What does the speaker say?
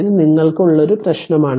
ഇത് നിങ്ങൾക്ക് ഉള്ള ഒരു പ്രശ്നമാണ്